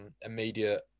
immediate